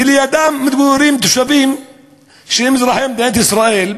ולידן מתגוררים תושבים שהם אזרחי מדינת ישראל,